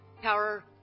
Power